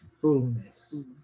fullness